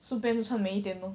顺便就穿美一点咯